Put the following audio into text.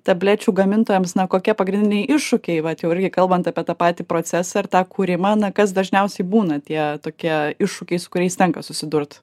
tablečių gamintojams na kokie pagrindiniai iššūkiai vat jau irgi kalbant apie tą patį procesą ir tą kūrimą na kas dažniausiai būna tie tokie iššūkiai su kuriais tenka susidurt